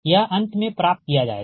यह अंत में प्राप्त किया जाएगा